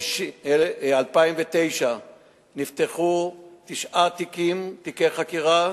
2009 נפתחו תשעה תיקי חקירה,